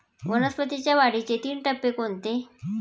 वनस्पतींच्या वाढीचे तीन टप्पे कोणते?